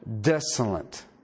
desolate